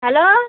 hello